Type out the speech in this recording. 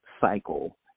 cycle